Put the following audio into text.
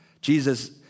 Jesus